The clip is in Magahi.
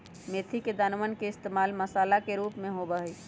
मेथी के दानवन के इश्तेमाल मसाला के रूप में होबा हई